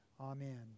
Amen